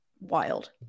wild